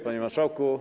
Panie Marszałku!